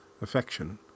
affection